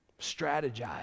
Strategize